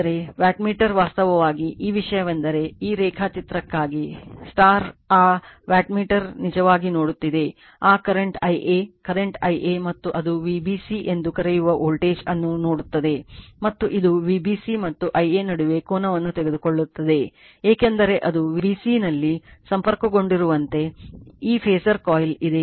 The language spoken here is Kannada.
ಆದರೆ ವಾಟ್ಮೀಟರ್ ವಾಸ್ತವವಾಗಿ ಈ ವಿಷಯವೆಂದರೆ ಈ ರೇಖಾಚಿತ್ರಕ್ಕಾಗಿ ಆ ವ್ಯಾಟ್ಮೀಟರ್ ನಿಜವಾಗಿ ನೋಡುತ್ತಿದೆ ಆ ಕರೆಂಟ್ Ia ಕರೆಂಟ್ Ia ಮತ್ತು ಅದು Vbc ಎಂದು ಕರೆಯುವ ವೋಲ್ಟೇಜ್ ಅನ್ನು ನೋಡುತ್ತದೆ ಮತ್ತು ಇದು Vbc ಮತ್ತು Ia ನಡುವೆ ಕೋನವನ್ನು ತೆಗೆದುಕೊಳ್ಳುತ್ತದೆ ಏಕೆಂದರೆ ಅದು b c ನಲ್ಲಿ ಸಂಪರ್ಕಗೊಂಡಿರುವಂತೆ ಈ ಫಾಸರ್ ಕಾಯಿಲ್ ಇದೆ